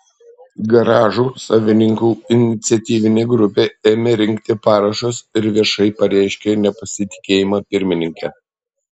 garažų savininkų iniciatyvinė grupė ėmė rinkti parašus ir viešai pareiškė nepasitikėjimą pirmininke